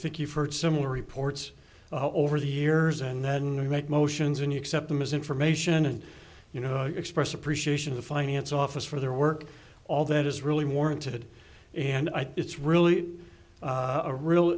think you've heard similar reports over the years and then you make motions and you accept them as information and you know express appreciation of finance office for their work all that is really warranted and i think it's really a real